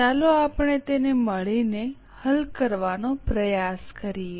ચાલો આપણે તેને મળીને હલ કરવાનો પ્રયાસ કરીએ